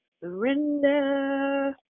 surrender